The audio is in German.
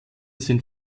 sind